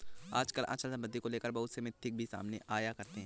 आजकल अचल सम्पत्ति को लेकर बहुत से मिथक भी सामने आया करते हैं